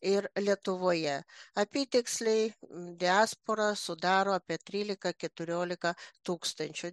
ir lietuvoje apytiksliai diaspora sudaro apie trylika keturiolika tūkstančių